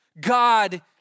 God